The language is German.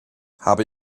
habe